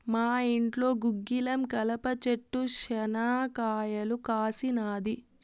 మా ఇంట్లో గుగ్గిలం కలప చెట్టు శనా కాయలు కాసినాది